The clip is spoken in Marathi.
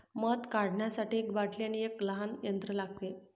मध काढण्यासाठी एक बाटली आणि एक लहान यंत्र लागते